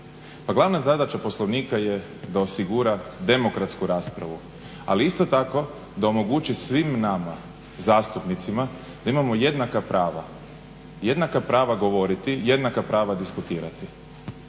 Pa glavna zadaća Poslovnika je da osigura demokratsku raspravu, ali isto tako da omogući svima nama zastupnicima da imamo jednaka prava, jednaka prava govoriti, jednaka prava diskutirati.